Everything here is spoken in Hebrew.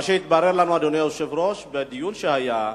מה שהתברר לנו, אדוני היושב-ראש, בדיון שהיה,